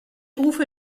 rufe